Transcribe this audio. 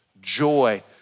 joy